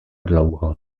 dlouho